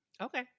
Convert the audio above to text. Okay